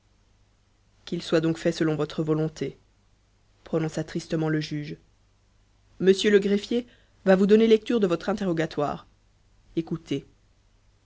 qu'il soit donc fait selon votre volonté prononça tristement le juge m le greffier va vous donner lecture de votre interrogatoire écoutez